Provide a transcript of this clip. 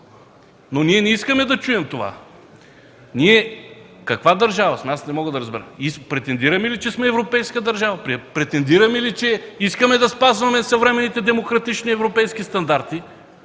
но ние не искаме да чуем това! Каква държава сме ние? Не мога да разбера. Претендираме ли, че сме европейска държава, претендираме ли, че искаме да спазване съвременните демократични европейски стандарти